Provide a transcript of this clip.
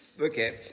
Okay